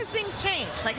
ah things changed? like